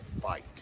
fight